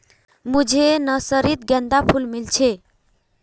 मुझे नर्सरी त गेंदार फूल मिल छे